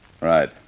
Right